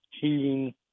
heating